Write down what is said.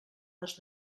les